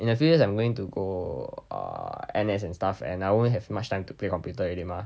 in a few years I'm going to go uh N_S and stuff and I won't have much time to play computer already mah